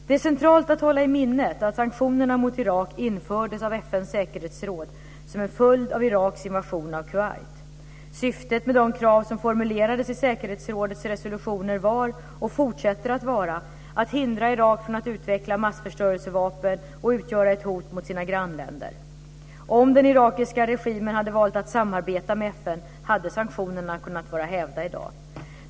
Det är centralt att hålla i minnet att sanktionerna mot Irak infördes av FN:s säkerhetsråd som en följd av Iraks invasion av Kuwait. Syftet med de krav som formulerades i säkerhetsrådets resolutioner var, och fortsätter att vara, att hindra Irak från att utveckla massförstörelsevapen och utgöra ett hot mot sina grannländer. Om den irakiska regimen valt att samarbeta med FN hade sanktionerna kunnat vara hävda i dag.